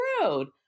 Road